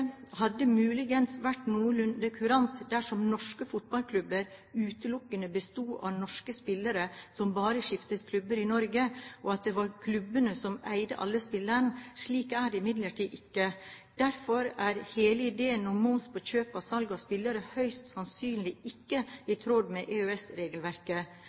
hadde muligens vært noenlunde kurant dersom norske fotballklubber utelukkende besto av norske spillere som bare skiftet klubber i Norge, og dersom det var klubbene som eide alle spillerne. Slik er det imidlertid ikke. Derfor er hele ideen om moms på kjøp og salg av spillere høyst sannsynlig ikke i